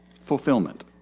fulfillment